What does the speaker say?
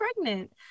pregnant